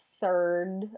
third